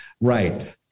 Right